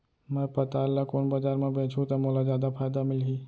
मैं पताल ल कोन बजार म बेचहुँ त मोला जादा फायदा मिलही?